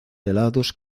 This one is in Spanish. helados